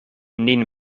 nin